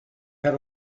had